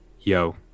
yo